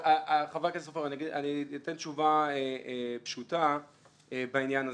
אני אתן תשובה פשוטה בעניין הזה.